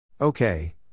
Okay